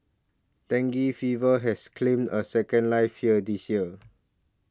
dengue fever has claimed a second life here this year